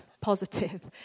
positive